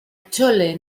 chole